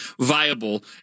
viable